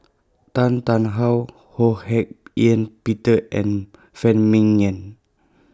Tan Tarn How Ho Hak Ean Peter and Phan Ming Yen